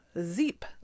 Zeep